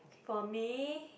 for me